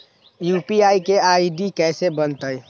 UPI के ID कैसे बनतई?